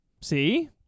See